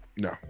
No